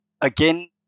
again